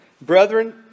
Brethren